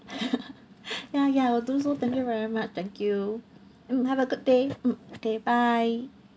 ya ya I will do so thank you very much thank you mm have a good day mm okay bye